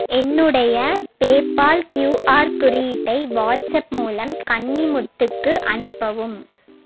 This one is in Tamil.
என்னுடைய பேபால் கியூஆர் குறியீட்டை வாட்ஸ்அப் மூலம் கன்னிமுத்துக்கு அனுப்பவும்